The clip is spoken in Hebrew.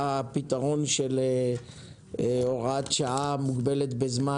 והפתרון של הוראת שעה מוגבלת בזמן,